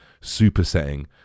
supersetting